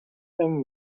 them